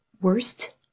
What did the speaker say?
Worst